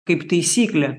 kaip taisyklė